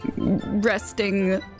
resting